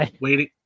waiting